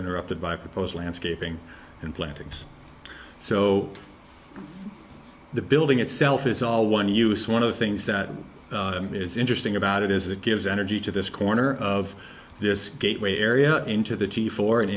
interrupted by proposed landscaping and plantings so the building itself is all one use one of the things that is interesting about it is it gives energy to this corner of this gateway area into the t four and